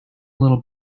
little